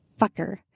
fucker